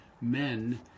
men